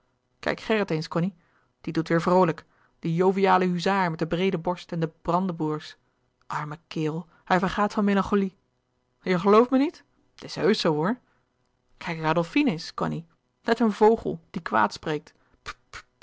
gerrit eens cony die doet weêr vroolijk de joviale huzaar met de breede borst en de brandebourgs arme kerel hij vergaat van melancholie je gelooft me niet het is heusch zoo hoor kijk adolfine eens cony net een vogel die kwaadspreekt